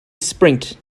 springt